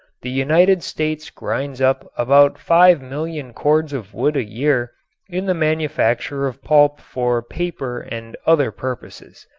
the united states grinds up about five million cords of wood a year in the manufacture of pulp for paper and other purposes.